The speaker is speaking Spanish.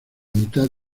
mitad